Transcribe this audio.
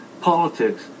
politics